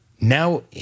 now